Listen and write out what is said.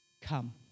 come